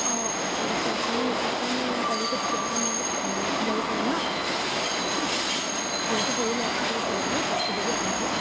অ' ঠিক আছে আপুনি সেইখন গাড়ীকে তেতিয়াহ'লে মই ল'ব পাৰিম ন যিহেতু সৰু ল'ৰা ছোৱালীও আছে তাৰমানে কমফৰ্টেবল হোৱাকৈ